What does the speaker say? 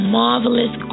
marvelous